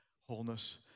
wholeness